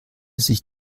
sich